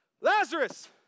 Lazarus